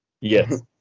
Yes